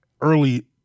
early